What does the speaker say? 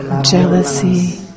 jealousy